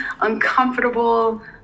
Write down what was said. uncomfortable